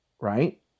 right